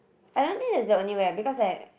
I don't think that's the only way because like